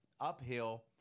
uphill